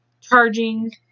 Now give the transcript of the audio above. charging